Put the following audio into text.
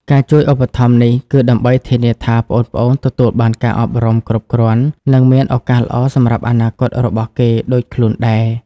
ការជួយឧបត្ថម្ភនេះគឺដើម្បីធានាថាប្អូនៗទទួលបានការអប់រំគ្រប់គ្រាន់ និងមានឱកាសល្អសម្រាប់អនាគតរបស់គេ ដូចខ្លួនដែរ។